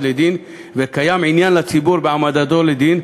לדין וקיים עניין לציבור בהעמדתו לדין,